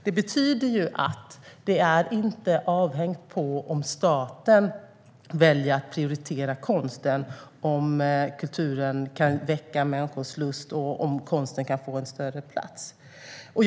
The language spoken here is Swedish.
Detta betyder att kulturens förmåga att väcka människors lust och konstens möjligheter att få en större plats inte är avhängiga av om staten väljer att prioritera konsten.